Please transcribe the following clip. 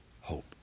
hope